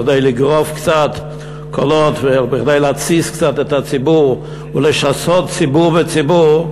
כדי לגרוף קצת קולות ולהתסיס את הציבור ולשסות ציבור בציבור,